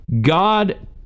God